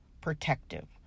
protective